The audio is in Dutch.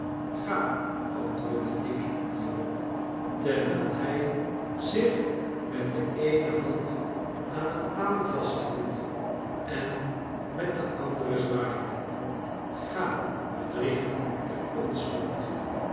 ga antwoordde dick hierop terwijl hij zich met de eene hand aan een paal vasthield en met de andere zwaaide ga bedrieger der onschuld